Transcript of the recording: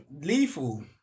Lethal